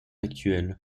actuelle